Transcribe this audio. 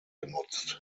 genutzt